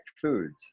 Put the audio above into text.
foods